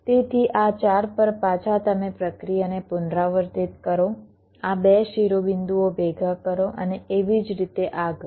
તેથી આ 4 પર પાછા તમે પ્રક્રિયાને પુનરાવર્તિત કરો આ 2 શિરોબિંદુઓને ભેગા કરો અને એવી જ રીતે આગળ